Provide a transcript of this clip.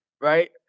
Right